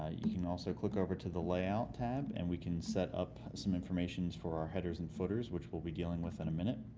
ah you can also click over to the layout tab and we can set up some information for our headers and footers, which we will be dealing with and a minute.